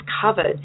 covered